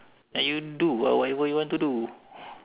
then you do ah wha~ what you want to do